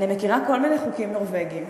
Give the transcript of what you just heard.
אני מכירה כל מיני חוקים נורבגיים.